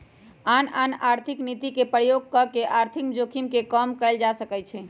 आन आन आर्थिक नीति के प्रयोग कऽ के आर्थिक जोखिम के कम कयल जा सकइ छइ